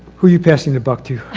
who you're passing the buck to?